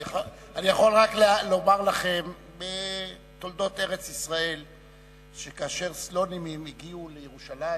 אני יכול רק לומר לכם מתולדות ארץ-ישראל שכאשר סלונימים הגיעו לירושלים,